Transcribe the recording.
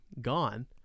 gone